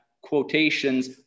quotations